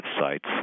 sites